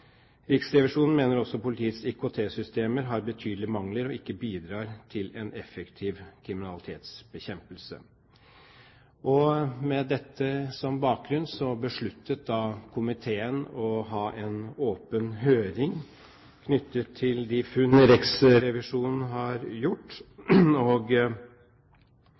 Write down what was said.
Riksrevisjonen mener også politiets IKT-systemer har betydelige mangler og ikke bidrar til en effektiv kriminalitetsbekjempelse. Med dette som bakgrunn besluttet komiteen å ha en åpen høring knyttet til de funn Riksrevisjonen har gjort.